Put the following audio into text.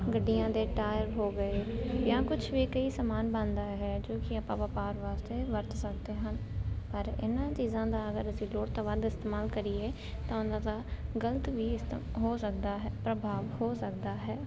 ਗੱਡੀਆਂ ਦੇ ਟਾਇਰ ਹੋ ਗਏ ਜਾਂ ਕੁਛ ਵੀ ਕਈ ਸਮਾਨ ਬਣਦਾ ਹੈ ਜੋ ਕਿ ਆਪਾਂ ਵਪਾਰ ਵਾਸਤੇ ਵਰਤ ਸਕਦੇ ਹਨ ਪਰ ਇਹਨਾਂ ਚੀਜ਼ਾਂ ਦਾ ਅਗਰ ਅਸੀਂ ਲੋੜ ਤੋਂ ਵੱਧ ਇਸਤੇਮਾਲ ਕਰੀਏ ਤਾਂ ਉਹਨਾਂ ਦਾ ਗਲਤ ਵੀ ਇਸਤ ਹੋ ਸਕਦਾ ਹੈ ਪ੍ਰਭਾਵ ਹੋ ਸਕਦਾ ਹੈ